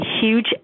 huge